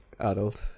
adult